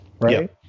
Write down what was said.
right